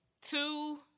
two